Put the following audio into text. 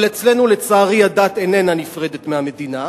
אבל אצלנו, לצערי, הדת איננה נפרדת מהמדינה.